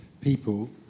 people